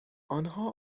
آنها